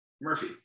Murphy